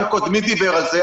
גם קודמי דיבר על זה,